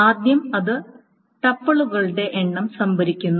ആദ്യം അത് ട്യൂപ്പിളുകളുടെ എണ്ണം സംഭരിക്കുന്നു